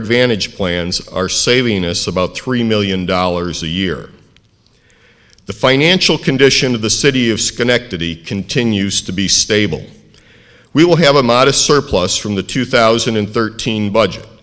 advantage plans are saving us about three million dollars a year the financial condition of the city of schenectady continues to be stable we will have a modest surplus from the two thousand and thirteen budget